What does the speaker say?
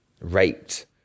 raped